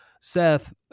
Seth